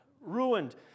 ruined